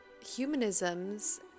humanisms